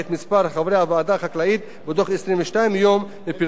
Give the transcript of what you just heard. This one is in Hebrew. החקלאית בתוך 22 יום מפרסום רשימת החקלאים,